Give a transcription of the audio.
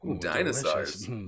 Dinosaurs